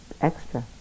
extra